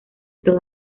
toda